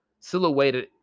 Silhouetted